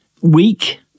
weak